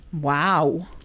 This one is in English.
Wow